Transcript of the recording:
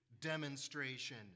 demonstration